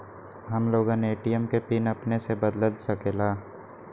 हम लोगन ए.टी.एम के पिन अपने से बदल सकेला?